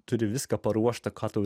turi viską paruošta ką tau